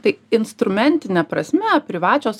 tai instrumentine prasme privačios